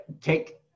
take